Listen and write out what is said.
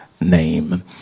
name